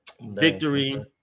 Victory